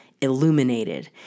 illuminated